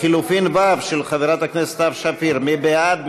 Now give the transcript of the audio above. לחלופין ו', של חברת הכנסת סתיו שפיר, מי בעד?